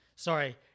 Sorry